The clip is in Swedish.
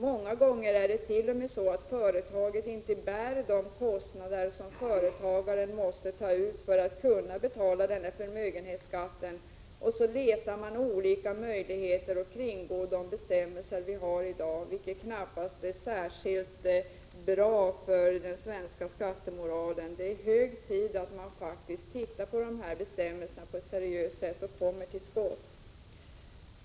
Många gånger är det t.o.m. så att företaget inte bär de kostnader som företagaren måste ta ut för att kunna betala denna förmögenhetsskatt. Därför letar man olika möjligheter att kringgå de bestämmelser som vi har i dag, vilket knappast är särskilt bra för den svenska skattemoralen. Det är hög tid att man faktiskt tittar på dessa bestämmelser på ett seriöst sätt och kommer till skott.